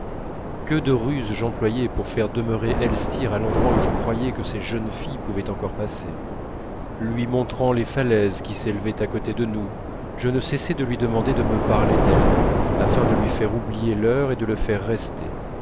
que de ruses j'employais pour faire demeurer elstir à l'endroit où je croyais que ces jeunes filles pouvaient encore passer lui montrant les falaises qui s'élevaient à côté de nous je ne cessais de lui demander de me parler d'elles afin de lui faire oublier l'heure et de le faire rester